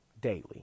daily